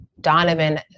Donovan